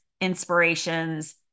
inspirations